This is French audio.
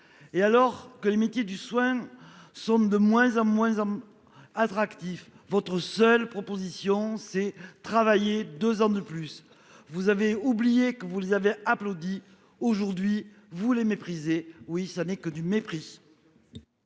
? Alors que les métiers du soin sont de moins de moins attractifs, vous proposez au personnel de travailler deux ans de plus. Vous avez oublié que vous les avez applaudis ; aujourd'hui, vous les méprisez. Ce n'est que du mépris